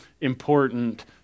important